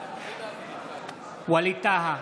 נגד ווליד טאהא,